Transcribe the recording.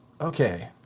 Okay